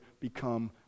become